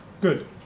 Good